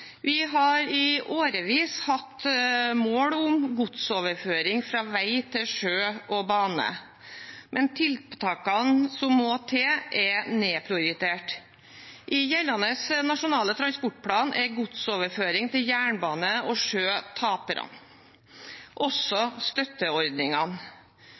Vi har i årevis hatt mål om godsoverføring fra vei til sjø og bane, men tiltakene som må til, er nedprioritert. I gjeldende Nasjonal transportplan er godsoverføring til jernbane og